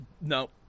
No